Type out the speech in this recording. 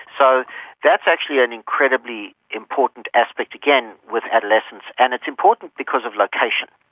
so that's actually an incredibly important aspect again with adolescence, and it's important because of location.